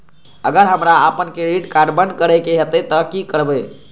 अगर हमरा आपन क्रेडिट कार्ड बंद करै के हेतै त की करबै?